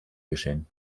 geschehen